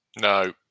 no